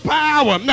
power